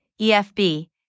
EFB